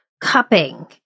cupping